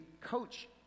coach